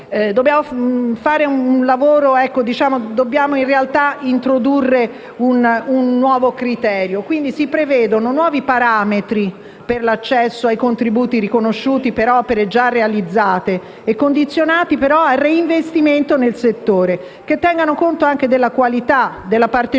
dobbiamo fare un lavoro equo, dobbiamo in realtà introdurre un nuovo criterio. Si prevedono nuovi parametri per l'accesso ai contributi riconosciuti per opere già realizzate condizionati però al reinvestimento nel settore, che tengano conto anche della qualità della partecipazione